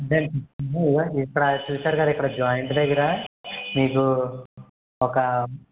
అంటే ఇక్కడ చూసారు కద ఇక్కడ జాయింట్ దగ్గర మీకు ఒక